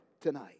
tonight